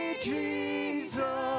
Jesus